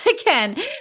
again